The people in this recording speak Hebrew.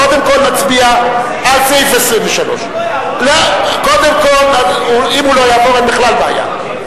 קודם כול נצביע עד סעיף 25(3). אם הוא לא יעבור אין בכלל בעיה.